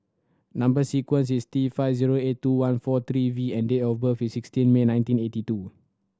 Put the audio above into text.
number sequence is T five zero eight two one four three V and date of birth is sixteen May nineteen eighty two